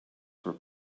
for